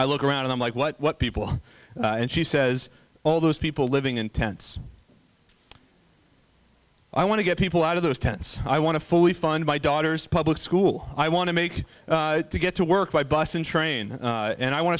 i look around and i'm like what people and she says all those people living in tents i want to get people out of those tents i want to fully fund my daughter's public school i want to make to get to work by bus and train and i want